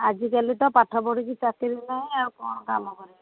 ଆଜିକାଲି ତ ପାଠ ପଢ଼ିକି ଚାକିରୀ ନାହିଁ ଆଉ କ'ଣ କାମ କରିବେ